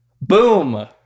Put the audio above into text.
Boom